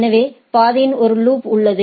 எனவே பாதையில் ஒரு லூப் உள்ளது